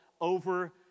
over